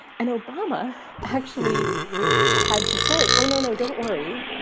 and obama actually had to say, oh, no, no, don't worry.